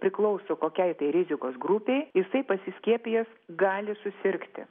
priklauso kokiai tai rizikos grupei jisai pasiskiepijęs gali susirgti